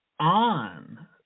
on